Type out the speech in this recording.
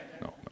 no